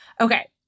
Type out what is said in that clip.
Okay